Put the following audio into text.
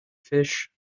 fish